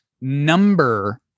number